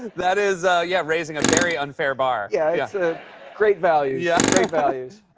that is, yeah, raising a very unfair bar. yeah, yeah it's ah great values, yeah great values.